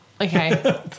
Okay